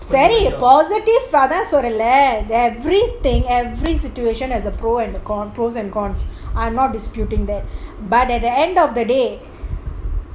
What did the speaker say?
சரி:sari positive everything every situation has a pro and a con I'm not disputing that but at the end of the day